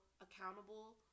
accountable